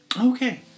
okay